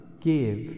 give